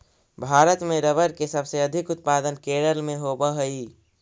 भारत में रबर के सबसे अधिक उत्पादन केरल में होवऽ हइ